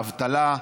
אבטלה,